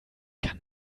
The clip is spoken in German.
kann